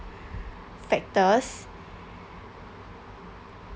factors